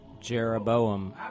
Jeroboam